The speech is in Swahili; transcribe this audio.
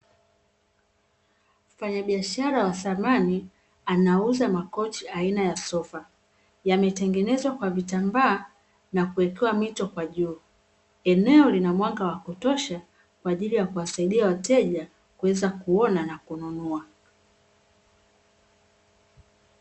Mfanyabiashara wa samani anauza makochi aina ya sofa, yametengenezwa kwa vitambaa na kuwekewa mito kwa juu. Eneo lina mwanga wa kutosha kwa ajili ya kuwasaidia wateja kuweza kuona na kununua.